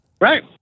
Right